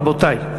רבותי.